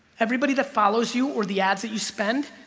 everybody that follows you or the ads that you spend